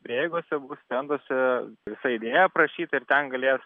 prieigose bus stenduose visai idėja aprašyta ir ten galės